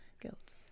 guilt